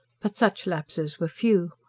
but such lapses were few.